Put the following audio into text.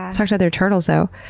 i'll talk to other turtles, though.